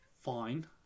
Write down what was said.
Fine